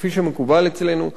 כפי שמקובל אצלנו,